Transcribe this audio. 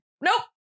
nope